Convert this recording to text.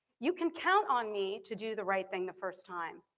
you can count on me to do the right thing the first time.